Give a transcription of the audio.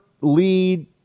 lead